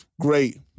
great